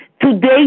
Today